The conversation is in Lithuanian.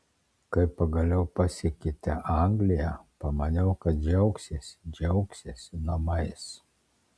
kai pagaliau pasiekėte angliją pamaniau kad džiaugsiesi džiaugsiesi namais